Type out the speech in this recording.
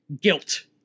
guilt